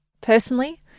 Personally